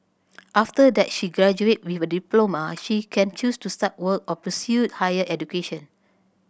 after that she graduates with a diploma she can choose to start work or pursue higher education